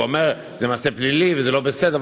הוא אומר: זה מעשה פלילי וזה לא בסדר.